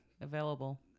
available